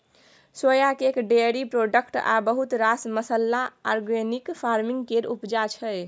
सोया cake, dairy product आ बहुत रास मसल्ला आर्गेनिक फार्मिंग केर उपजा छै